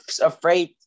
afraid